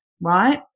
right